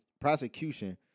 prosecution